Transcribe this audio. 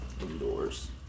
indoors